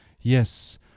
Yes